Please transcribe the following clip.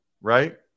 right